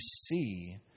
see